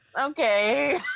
Okay